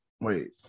wait